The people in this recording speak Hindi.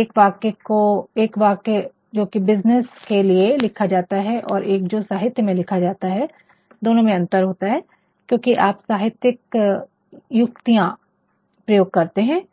एक वाक्य जो के बिजनेस के लिए लिखा जाता है और एक जो साहित्य में लिखा जाता है दोनों में अंतर होता है क्योंकि आप साहित्यिक युक्तियां प्रयोग करते हैं